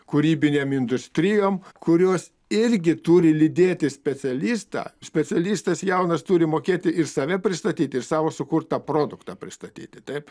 kūrybinėm industrijom kurios irgi turi lydėti specialistą specialistas jaunas turi mokėti ir save pristatyti ir savo sukurtą produktą pristatyti taip